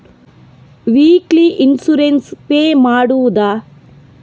Weekly insurance pay ಮಾಡುವುದ?